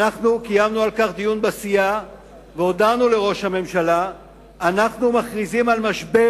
קיימנו על כך דיון בסיעה והודענו לראש הממשלה שאנחנו מכריזים על משבר.